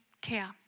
care